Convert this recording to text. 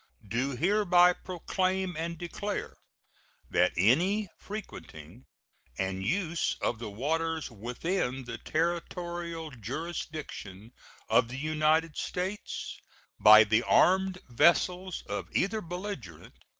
do hereby proclaim and declare that any frequenting and use of the waters within the territorial jurisdiction of the united states by the armed vessels of either belligerent,